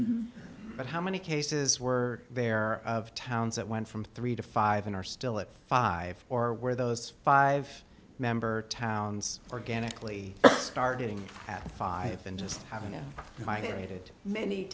but how many cases were there of towns that went from three to five and are still it five or where those five member towns organically starting at five and just having them i hated many